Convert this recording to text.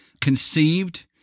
conceived